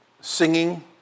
Singing